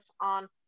on